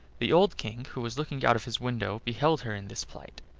the old king, who was looking out of his window, beheld her in this plight,